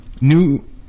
New